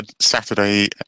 Saturday